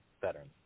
veterans